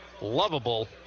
lovable